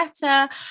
better